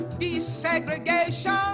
desegregation